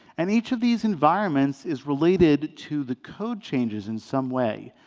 and each of these environments is related to the code changes in some way.